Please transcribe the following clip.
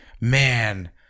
man